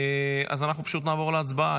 אז אנחנו פשוט נעבור להצבעה.